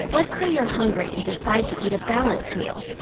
let's say you're hungry and decide to eat a balanced meal.